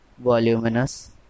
Voluminous